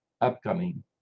upcoming